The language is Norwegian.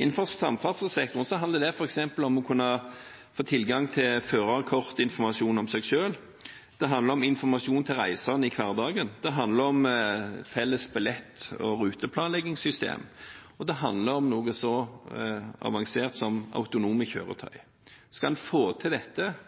Innenfor samferdselssektoren handler det f.eks. om å kunne få tilgang til førerkortinformasjon om seg selv, det handler om informasjon til de reisende i hverdagen, det handler om felles billett- og ruteplanleggingssystem, og det handler om noe så avansert som autonome kjøretøy. Skal en få til dette,